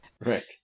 right